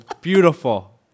beautiful